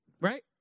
Right